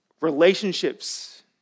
Relationships